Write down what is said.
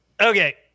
Okay